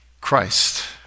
Christ